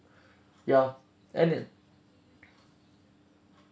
ya and it